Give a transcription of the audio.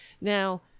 now